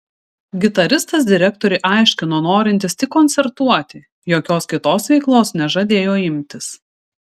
gitaristas direktoriui aiškino norintis tik koncertuoti jokios kitos veiklos nežadėjo imtis